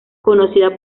conocida